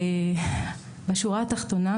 בשורה התחתונה,